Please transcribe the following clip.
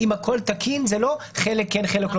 אם הכול תקין זה לא חלק כן וחלק לא